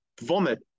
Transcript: Vomit